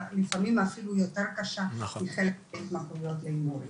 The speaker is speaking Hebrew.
לפעמים אפילו יותר קשה מחלק מההתמכרויות להימורים.